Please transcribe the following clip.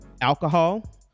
alcohol